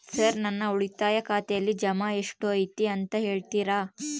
Sir ನನ್ನ ಉಳಿತಾಯ ಖಾತೆಯಲ್ಲಿ ಜಮಾ ಎಷ್ಟು ಐತಿ ಅಂತ ಹೇಳ್ತೇರಾ?